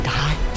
die